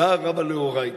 מודעא רבה לאורייתא,